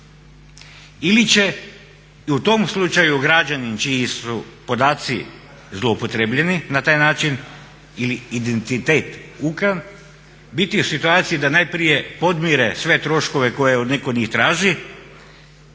Ili će i u tom slučaju građanin čiji su podaci zloupotrebljeni na taj način ili identitet ukraden biti u situaciji da najprije podmire sve troškove koje neko od njih traži